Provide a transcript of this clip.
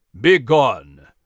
Begone